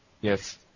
yes